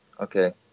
okay